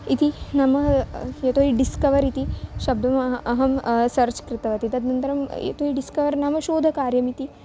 इति नाम यतो हि डिस्कवर् इति शब्दम् अहं सर्च् कृतवती तद्नन्तरं यतो हि डिस्कवर् नाम शोधकार्यम् इति